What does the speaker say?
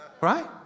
right